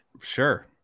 Sure